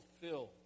fulfilled